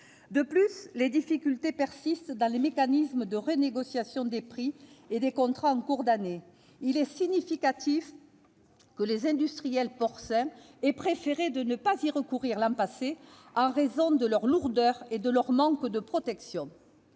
De plus, les difficultés persistent dans les mécanismes de renégociation des prix et des contrats en cours d'année. Il est significatif que les industriels porcins aient préféré ne pas y recourir l'an passé, en raison de leur lourdeur et de leur faible protection.